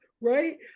Right